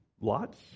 lots